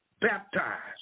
baptized